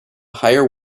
higher